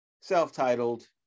self-titled